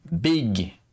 big